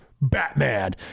Batman